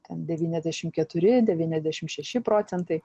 ten devyniasdešim keturi devyniasdešim šeši procentai